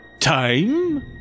Time